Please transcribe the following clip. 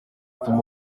atuma